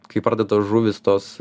kai pradeda žuvys tos